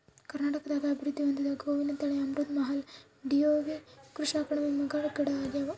ಕರ್ನಾಟಕದಾಗ ಅಭಿವೃದ್ಧಿ ಹೊಂದಿದ ಗೋವಿನ ತಳಿ ಅಮೃತ್ ಮಹಲ್ ಡಿಯೋನಿ ಕೃಷ್ಣಕಣಿವೆ ಮಲ್ನಾಡ್ ಗಿಡ್ಡಆಗ್ಯಾವ